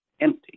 Empty